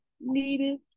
needed